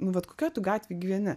nu vat kokioj tu gatvėj gyveni